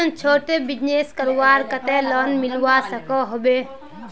छोटो बिजनेस करवार केते लोन मिलवा सकोहो होबे?